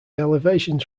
elevations